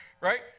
Right